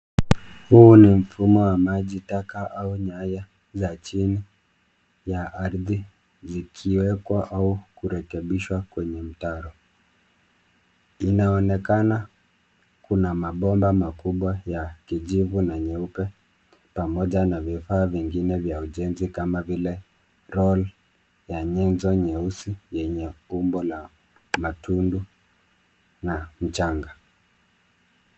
Huu ni mfumo wa maji taka au nyaya za chini ya ardhi zikiwekwa au kurekebishwa kwenye mtaro. Inaonekana kuna mabomba makubwa ya kijivu na nyeupe, pamoja na vifaa vingine vya ujenzi kama vile (cs)roll(cs) ya nyenzo nyeusi yenye umbo la matundu na mchanga.